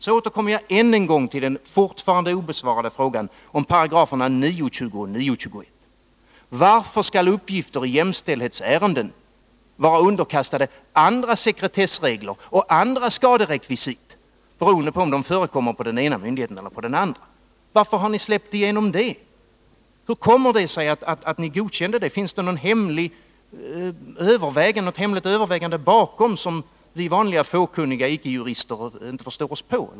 Så återkommer jag än en gång till den fortfarande obesvarade frågan om 20 och 21 §§ i 9 kap. Varför skall uppgifter i jämställdhetsärenden vara underkastade olika sekretessregler och skaderekvisit beroende på om de förekommer på den ena myndigheten eller den andra? Varför har ni släppt igenom det förslaget? Hur kommer det sig att ni godkänt det? Finns det något hemligt övervägande bakom, som vi vanliga, fåkunniga ickejurister inte förstår oss på?